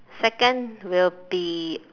second will be